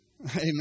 Amen